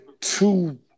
two